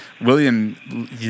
William